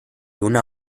una